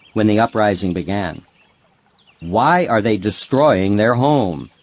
when the uprising began why are they destroying their home?